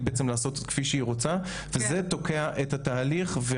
לעשות כפי שהיא רוצה וזה תוקע את התהליך.